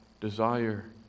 desire